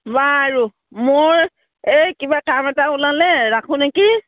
বাৰু মোৰ এই কিবা কাম এটা ওলালে ৰাখোঁ নেকি